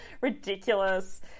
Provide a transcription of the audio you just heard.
ridiculous